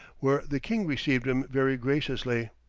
where the king received him very graciously.